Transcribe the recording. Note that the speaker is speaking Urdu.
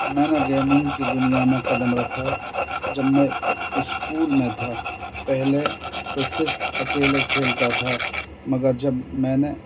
میں نے گیمنگ کی دنیا میں قدم رکھا جب میں اسکول میں تھا پہلے تو صرف اکیلے کھیلتا تھا مگر جب میں نے